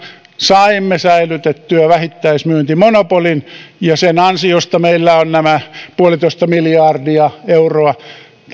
saimme säilytettyä vähittäismyyntimonopolin ja sen ansiosta meillä on nämä puolitoista miljardia euroa tai